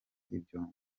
ibyombo